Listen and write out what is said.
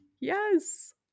Yes